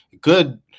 good